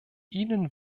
ihnen